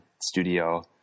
studio